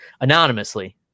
anonymously